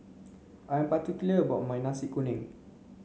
I am particular about my nasi kuning